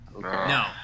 No